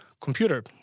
computer